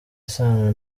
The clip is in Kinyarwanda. isano